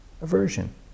aversion